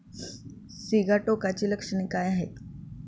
सिगाटोकाची लक्षणे काय आहेत?